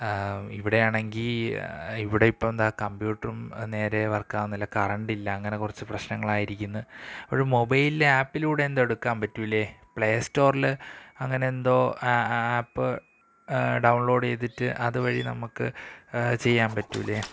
ഇവിടെയാണെങ്കില് ഇവിടെ ഇപ്പോള് എന്താണ് കമ്പ്യൂട്ടറും നേരെ വർക്ക് ആവുന്നില്ല കറണ്ട് ഇല്ല അങ്ങനെ കുറച്ച് പ്രശ്നങ്ങളായിരിക്കുന്നു ഒരു മൊബൈൽ ആപ്പിലൂടെ എന്തോ എടുക്കാന് പറ്റൂലെ പ്ലേസ്റ്റോറില് അങ്ങനെ എന്തോ ആ ആപ്പ് ഡൗൺലോഡെയ്തിട്ട് അതുവഴി നമുക്ക് ചെയ്യാന് പറ്റൂലെ